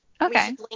Okay